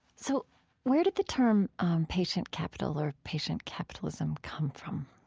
so where did the term patient capital or patient capitalism come from?